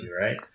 right